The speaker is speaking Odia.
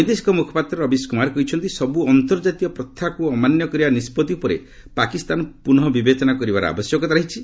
ବୈଦେଶିକ ମୁଖପାତ୍ର ରବୀଶ କୁମାର କହିଛନ୍ତି ସବୁ ଅନ୍ତର୍ଜାତୀୟ ପ୍ରଥାକୁ ଅମାନ୍ୟ କରିବା ନିଷ୍କଭି ଉପରେ ପାକିସ୍ତାନ ପୁନଃ ବିବେଚନା କରିବାର ଆବଶ୍ୟକତା ରହିଛି